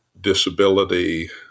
disability